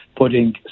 putting